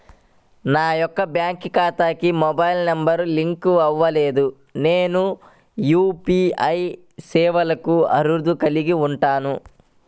నా యొక్క బ్యాంక్ ఖాతాకి మొబైల్ నంబర్ లింక్ అవ్వలేదు నేను యూ.పీ.ఐ సేవలకు అర్హత కలిగి ఉంటానా?